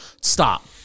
stop